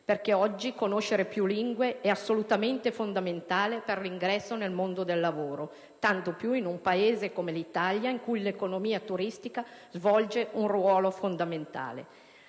perché oggi conoscere più lingue è assolutamente fondamentale per l'ingresso nel mondo del lavoro, tanto più in un Paese come l'Italia in cui l'economia turistica svolge un ruolo fondamentale.